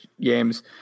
games